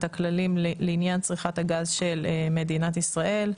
הכללים לעניין צריכת הגז של מדינת ישראל,